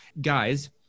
guys